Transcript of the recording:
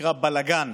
שנקרא בלגן.